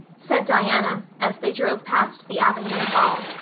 said diana, as they drove past the avonlea hall,